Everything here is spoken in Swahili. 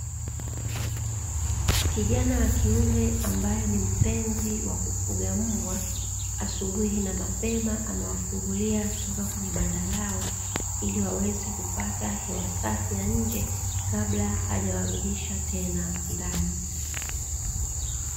Kijana wa kiume ambaye ni mpenzi wa kufuga mbwa, asubuhi na mapema amewafungulia toka kwenye banda lao ili waweze kupata hewa safi ya nje kabla hajawarudisha tena ndani.